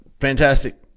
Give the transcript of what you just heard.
fantastic